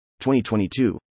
2022